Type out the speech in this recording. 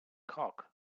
cock